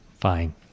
Fine